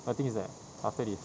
but the thing is that after this